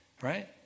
right